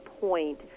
point